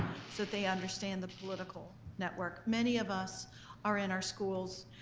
so they understand the political network. many of us are in our schools.